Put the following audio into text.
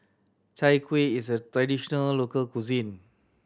Chai Kueh is a traditional local cuisine